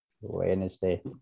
Wednesday